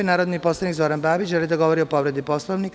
Narodni poslanik Zoran Babić, želi da govori o povredi Poslovnika.